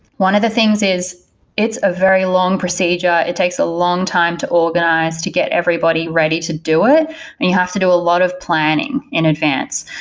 one of the things is it's a very long procedure. it takes a long time to organize to get everybody ready to do it and you have to do a lot of planning in advance.